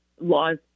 laws